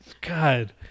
God